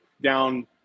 down